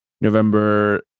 November